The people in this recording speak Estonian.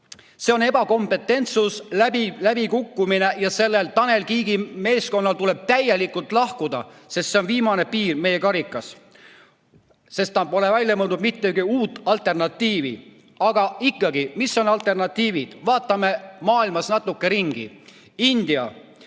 See on ebakompetentsus, läbikukkumine. Tanel Kiige meeskonnal tuleb täielikult lahkuda, sest see on viimane piisk meie karikas. Tal pole välja mõeldud mingit uut alternatiivi. Aga ikkagi, mis on alternatiivid? Vaatame natuke maailmas ringi. India